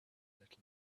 little